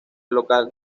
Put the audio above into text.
local